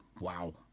Wow